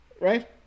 right